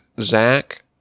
Zach